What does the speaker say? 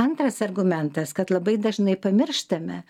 antras argumentas kad labai dažnai pamirštame